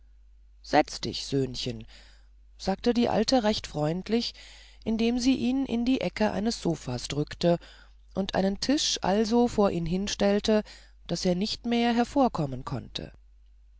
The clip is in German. setze dich söhnchen sagte die alte recht freundlich indem sie ihn in die ecke eines sofas drückte und einen tisch also vor ihn hinstellte daß er nicht mehr hervorkommen konnte